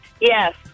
Yes